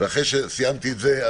ואחרי שסיימתי את זה,